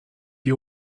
you